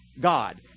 God